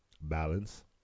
Balance